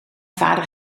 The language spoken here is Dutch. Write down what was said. vader